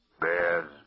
bears